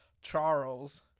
Charles